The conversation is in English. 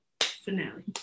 finale